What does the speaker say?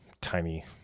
tiny